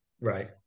Right